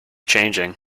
changing